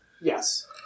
Yes